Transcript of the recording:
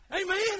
Amen